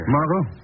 Margot